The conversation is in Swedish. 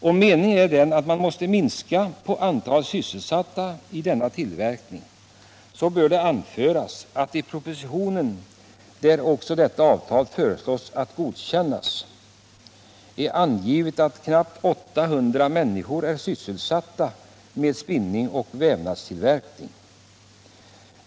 Om meningen är den att man måste minska på antalet sysselsatta i denna tillverkning, så bör det anföras att i propositionen, där det också föreslås att detta avtal skall godkännas, är angivet att knappt 800 människor är sysselsatta med spinning och vävnadstillverkning.